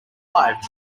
live